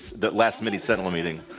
the last mini-sentinel meeting.